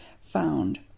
found